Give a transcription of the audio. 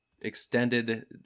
extended